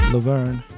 Laverne